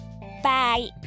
Bye